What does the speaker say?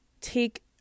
take